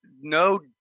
no